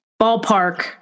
ballpark